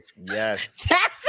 Yes